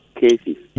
cases